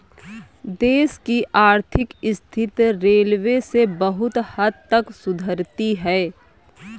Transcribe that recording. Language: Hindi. देश की आर्थिक स्थिति रेलवे से बहुत हद तक सुधरती है